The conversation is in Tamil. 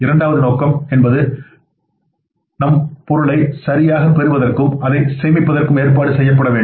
இரண்டாவது நோக்கம் என்பது நாம் பொருளை சரியாகப் பெறுவதற்கும் அதை சேமிப்பதற்கும் ஏற்பாடு செய்ய வேண்டும்